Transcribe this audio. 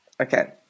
Okay